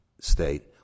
state